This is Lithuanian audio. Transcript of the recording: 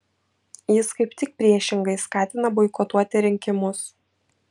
jis kaip tik priešingai skatina boikotuoti rinkimus